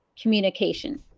communication